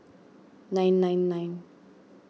nine nine nine